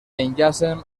enllacen